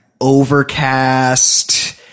overcast